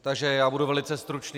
Takže budu velice stručný.